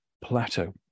plateau